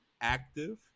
active